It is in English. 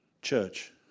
church